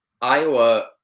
Iowa